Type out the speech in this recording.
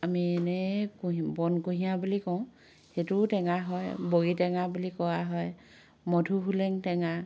আমি এনেই কুঁহি বন কুঁহিয়া বুলি কওঁ সেইটোও টেঙা হয় বৰী টেঙা বুলি কোৱা হয় মধুসোলেং টেঙা